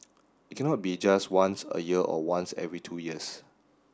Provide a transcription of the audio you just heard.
it cannot be just once a year or once every two years